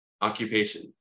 occupation